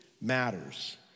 matters